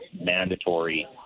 mandatory